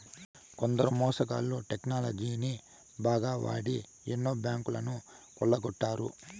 కొందరు మోసగాళ్ళు టెక్నాలజీని బాగా వాడి ఎన్నో బ్యాంకులను కొల్లగొట్టారు